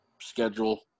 schedule